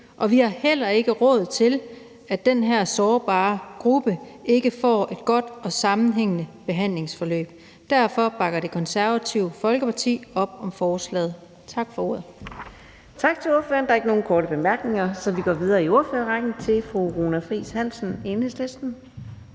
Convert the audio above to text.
og vi har heller ikke råd til, at den her sårbare gruppe ikke får et godt og sammenhængende behandlingsforløb. Derfor bakker Det Konservative Folkeparti op om forslaget. Tak for ordet. Kl. 18:52 Fjerde næstformand (Karina Adsbøl): Tak til ordføreren. Der er ikke nogen korte bemærkninger, så vi går videre i ordførerrækken til fru Runa Friis Hansen, Enhedslisten.